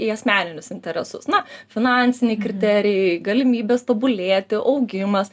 į asmeninius interesus na finansiniai kriterijai galimybės tobulėti augimas